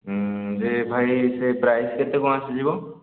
ଯେ ଭାଇ ସେ ପ୍ରାଇସ୍ କେତେ କ'ଣ ଆସିଯିବ